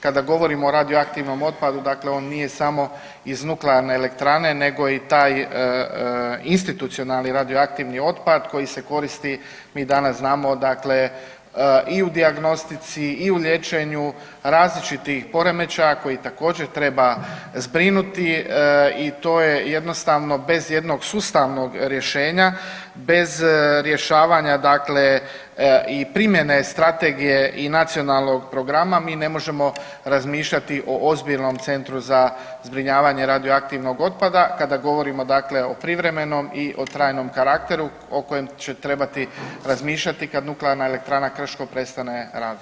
Kada govorimo o radioaktivnom otpadu, dakle on nije samo iz nuklearne elektrane nego i taj institucionalni radioaktivni otpad koji se koristi, mi danas znamo dakle i u dijagnostici i u liječenju različitih poremećaja koji također treba zbrinuti i to je jednostavno bez jednog sustavnog rješenja, bez rješavanja dakle i primjene strategije i nacionalnog programa mi ne možemo razmišljati o ozbiljnom centru za zbrinjavanje radioaktivnog otpada, kada govorimo dakle o privremenom i o trajnom karakteru o kojem će trebati razmišljati kad Nuklearna elektrana Krško prestane raditi.